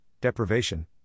deprivation